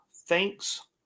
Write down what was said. Thanks